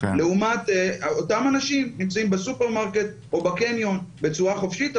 לעומת אותם אנשים שנמצאים בסופרמרקט או בקניון בצורה חופשית,